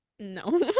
No